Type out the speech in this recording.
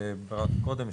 וקודם,